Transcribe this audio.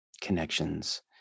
connections